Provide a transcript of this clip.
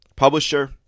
publisher